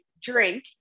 drink